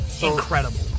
Incredible